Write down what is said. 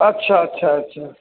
अच्छा अच्छा अच्छा